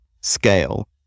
scale